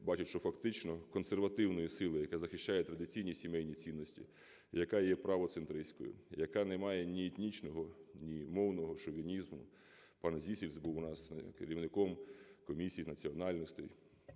бачать, що фактично консервативною силою, яка захищає традиційні сімейні цінності, яка є правоцентристською, яка не має ні етнічного, ні мовного шовінізму. Пан Зісельс був у нас керівником Комісії з національностей,